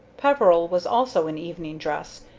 peveril was also in evening-dress,